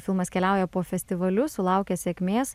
filmas keliauja po festivalius sulaukia sėkmės